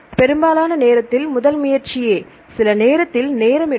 பெரும்பாலான நேரத்தில் முதல் முயற்சியே சில நேரத்தில் நேரம் எடுக்கும்